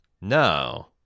no